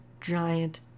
giant